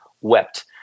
wept